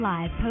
Live